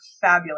fabulous